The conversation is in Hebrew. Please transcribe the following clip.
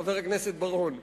חבר הכנסת בר-און.